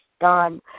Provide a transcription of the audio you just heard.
done